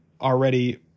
already